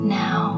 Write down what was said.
now